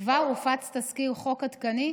כבר הופץ תזכיר חוק עדכני,